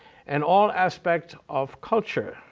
and all aspects of culture,